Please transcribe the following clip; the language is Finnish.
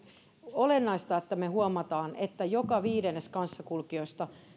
olennaista että me huomaamme että joka viides kanssakulkija